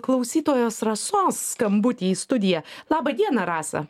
klausytojos rasos skambutį į studiją laba diena rasa